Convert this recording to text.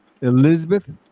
Elizabeth